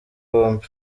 bombi